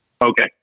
Okay